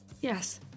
Yes